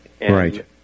right